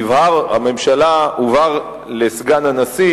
הובהר לסגן הנשיא